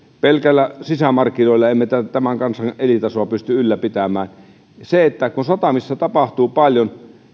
pelkillä sisämarkkinoilla emme tämän kansan elintasoa pysty ylläpitämään kun satamissa tapahtuu paljon